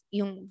yung